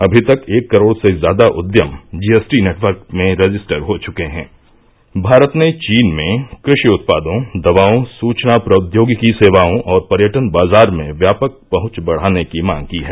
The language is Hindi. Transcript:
अभी तक एक करोड़ से ज्यादा उद्यम जीएस टी नेटवर्क में रजिस्टर हो चुके हैं भारत ने चीन में कृषि उत्पादों दवाओं सूचना प्रौद्योगिकी सेवाओं और पर्यटन बाजार में व्यापक पहुंच बढ़ाने की मांग की है